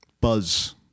Buzz